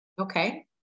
Okay